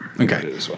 Okay